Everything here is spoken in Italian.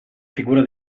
figura